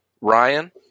Ryan